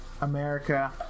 America